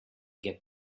get